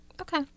Okay